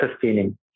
sustaining